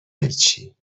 هیچی